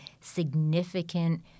significant